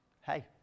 Hey